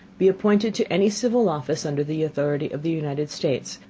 be appointed to any civil office under the authority of the united states,